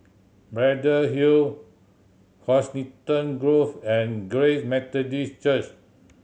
Braddell Hill Coniston Grove and Grace Methodist Church